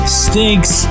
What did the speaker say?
stinks